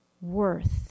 worth